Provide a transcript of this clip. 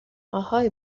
اهای